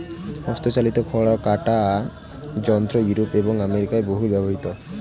হস্তচালিত খড় কাটা যন্ত্র ইউরোপে এবং আমেরিকায় বহুল ব্যবহৃত